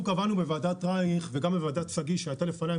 בוועדת רייך ובוועדת שגיא שהייתה לפני קבענו